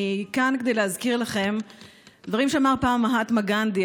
אני כאן כדי להזכיר לכם דברים שאמר פעם מהטמה גנדי,